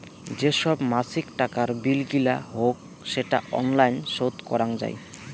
যে সব মাছিক টাকার বিল গিলা হউক সেটা অনলাইন শোধ করাং যাই